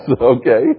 okay